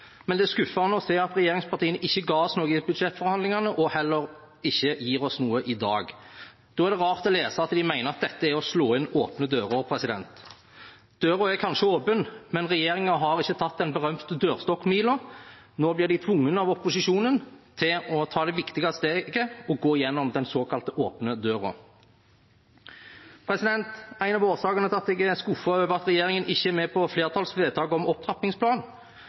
men det er skuffende å se at regjeringspartiene ikke ga oss noe i budsjettforhandlingene, og heller ikke gir oss noe i dag. Da er det rart å lese at de mener at dette er å slå inn åpne dører. Døren er kanskje åpen, men regjeringen har ikke tatt den berømte dørstokkmila. Nå blir de tvunget av opposisjonen til å ta det viktige steget og gå gjennom den såkalte åpne døren. En av årsakene til at jeg er skuffet over at regjeringspartiene ikke er med på flertallsvedtaket om opptrappingsplan,